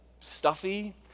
stuffy